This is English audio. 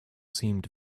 seemed